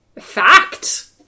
Fact